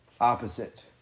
opposite